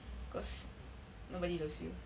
because nobody loves you